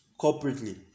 corporately